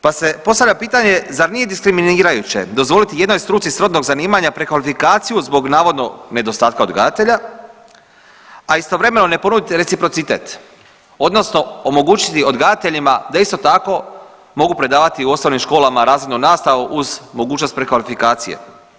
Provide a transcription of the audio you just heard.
Pa se postavlja pitanje zar nije diskriminirajuće dozvoliti jednoj struci srodnog zanimanja prekvalifikaciju zbog navodno nedostatka odgajatelja, a istovremeno ne ponuditi reciprocitet odnosno omogućiti odgajateljima da isto tako mogu predavati u osnovnim školama razrednu nastavu uz mogućnost prekvalifikacije.